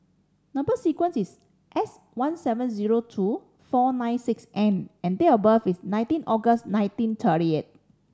number sequence is S one seven zero two four nine six N and date of birth is nineteen August nineteen thirty eight